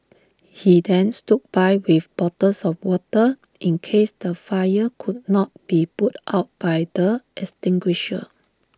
he then stood by with bottles of water in case the fire could not be put out by the extinguisher